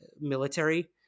military